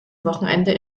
wochenende